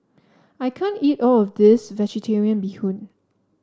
I can't eat all of this vegetarian Bee Hoon